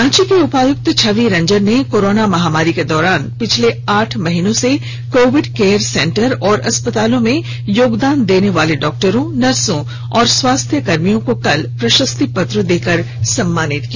रांची के उपायुक्त छवि रंजन ने कोरोना महामारी के दौरान पिछले आठ महीनों से कोविड केयर सेंटर और अस्पतालों में योगदान देने वाले डॉक्टरों नर्सों और स्वास्थ्य कर्मियों को कल प्रसस्ति पत्र देकर सम्मानित किया